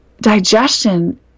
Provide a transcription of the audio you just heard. digestion